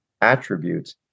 attributes